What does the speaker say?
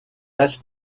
best